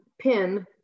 PIN